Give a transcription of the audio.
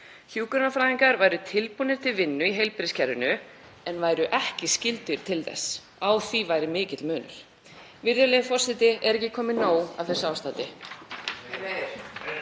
Hjúkrunarfræðingar væru tilbúnir til vinnu í heilbrigðiskerfinu en væru ekki skyldugir til þess — á því væri mikill munur. Virðulegi forseti. Er ekki komið nóg af þessu ástandi?